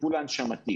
הטיפול ההנשמתי